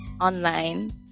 online